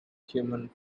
human